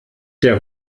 der